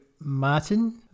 Martin